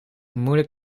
moeilijk